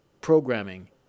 programming